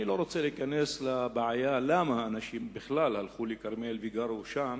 אני לא רוצה להיכנס לבעיה למה אנשים בכלל הלכו לכרמיאל לגור שם,